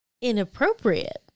inappropriate